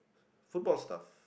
football stuff